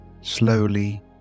slowly